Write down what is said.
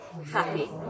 happy